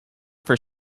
for